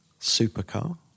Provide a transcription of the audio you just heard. supercar